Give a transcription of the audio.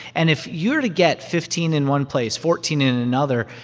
and if you're to get fifteen in one place, fourteen in another,